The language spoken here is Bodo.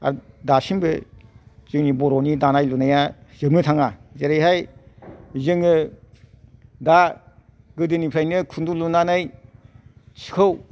आर दासिमबो जोंनि बर'नि दानाय लुनाया जोबनो थाङा जेरैहाय जोङो दा गोदोनिफ्रायनो खुन्दुं लुनानै सिखौ